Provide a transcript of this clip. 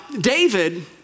David